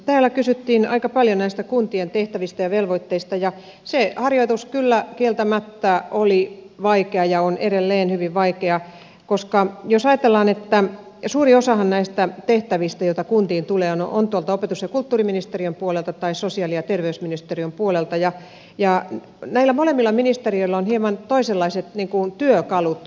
täällä kysyttiin aika paljon näistä kuntien tehtävistä ja velvoitteista ja se harjoitus kyllä kieltämättä oli vaikea ja on edelleen hyvin vaikea koska suuri osahan näistä tehtävistä joita kuntiin tulee on tuolta opetus ja kulttuuriministeriön puolelta tai sosiaali ja terveysministeriön puolelta ja näillä molemmilla ministeriöillä on hieman omanlaisensa työkalut